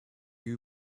you